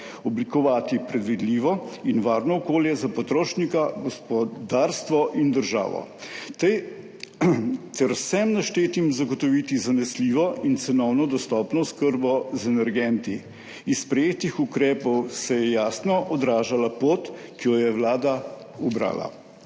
oblikovati predvidljivo in varno okolje za potrošnika, gospodarstvo in državo ter vsem naštetim zagotoviti zanesljivo in cenovno dostopno oskrbo z energenti. 44. TRAK (VI) 14.50 (Nadaljevanje) Iz sprejetih ukrepov se je jasno odražala pot, ki jo je vlada ubrala,